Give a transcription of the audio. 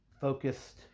focused